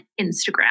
Instagram